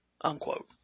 unquote